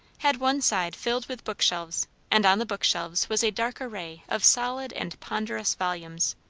had one side filled with bookshelves and on the bookshelves was a dark array of solid and ponderous volumes.